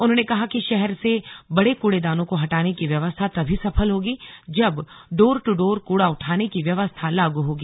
उन्होंने कहा कि शहर से बड़े कुड़ेदानों को हटाने की व्यवस्था तभी सफल होगी जब डोर ट्र डोर कूड़ा उठाने की व्यवस्था लागू होगी